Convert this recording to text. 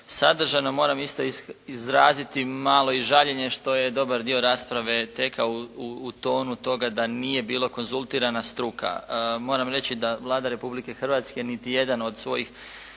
sadržajno. Moram isto izraziti malo i žaljenje što je dobar dio rasprave tekao u tonu toga da nije bila konzultirana struka. Moram reći da Vlada Republike Hrvatske niti jedan od svojih